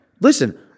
Listen